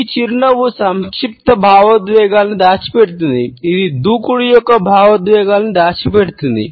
ఈ చిరునవ్వు సంక్లిష్ట భావోద్వేగాలను దాచిపెడుతుంది ఇది దూకుడు యొక్క భావోద్వేగాలను దాచిపెడుతుంది